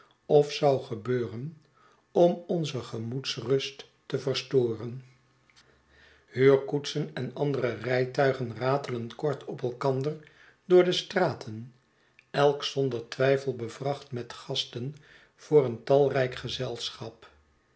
of zou gebeuren om onze gemoedsrust te verstoren huurkoetsen en andere rijtuigen ratelenkort op elkander door de straat elk zonder twijfel bevracht met gasten voor een talrijk gezelschap